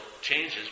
changes